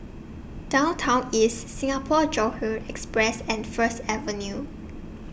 Downtown East Singapore Johore Express and First Avenue